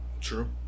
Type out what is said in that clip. True